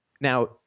Now